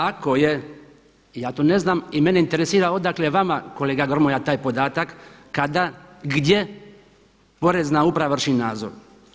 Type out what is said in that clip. Ako je ja to ne znam i mene interesira odakle vama kolega Grmoja taj podatak, kada, gdje Porezna uprava vrši nadzor.